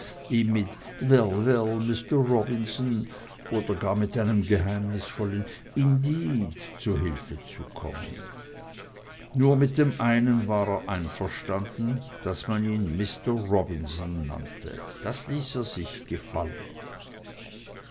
mister robinson oder gar mit einem geheimnisvollen indeed zu hilfe zu kommen nur mit dem einen war er einverstanden daß man ihn mister robinson nannte das ließ er sich gefallen